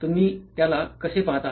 तुम्ही त्याला कसे पाहता